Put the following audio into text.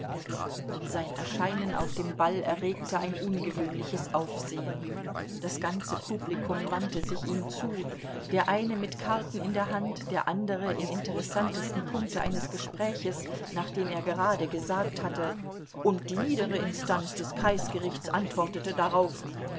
sein erscheinen auf dem ball erregte ein ungewöhnliches aufsehen das ganze publikum wandte sich ihm zu der eine mit karten in der hand der andere im interessantesten punkte eines gesprächs nachdem er gerade gesagt hatte und die niedere instanz des kreisgerichts antwortete darauf